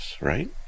right